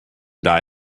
die